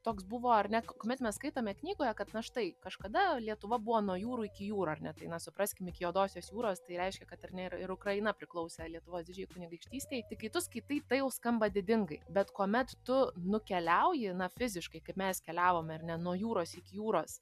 toks buvo ar ne kuomet mes skaitome knygoje kad na štai kažkada lietuva buvo nuo jūrų iki jūrų ar ne tai na supraskim iki juodosios jūros tai reiškia kad ar ne ir ir ukraina priklausė lietuvos didžiajai kunigaikštystei tai kai tu kai tai tai jau skamba didingai bet kuomet tu nukeliauji na fiziškai kaip mes keliavome ar ne nuo jūros iki jūros